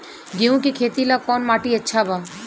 गेहूं के खेती ला कौन माटी अच्छा बा?